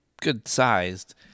good-sized